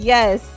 Yes